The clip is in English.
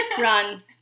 Run